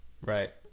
Right